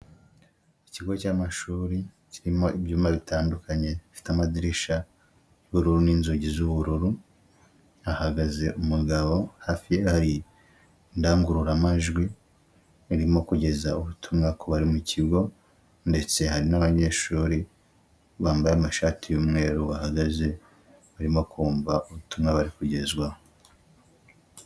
Ikigo cy'amashuri kirimo ibyumba bitandukanye bifite amadirisha y'ubururu n'inzugi z'ubururu, hahagaze umugabo, hafi hari indangururamajwi irimo kugeza ubutumwa ku bari mu kigo, ndetse hari n'abanyeshuri bambaye amashati y'umweru bahagaze barimo kumva ubutumwa bari kugezwaho.